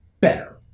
better